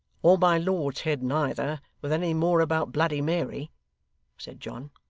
or my lord's head neither, with anything more about bloody mary said john.